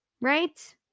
right